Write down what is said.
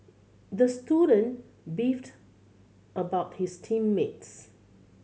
the student beefed about his team mates